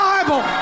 Bible